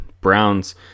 Browns